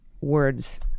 words